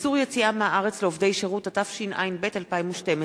(איסור יציאה מהארץ לעובדי שירות), התשע"ב 2012,